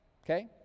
okay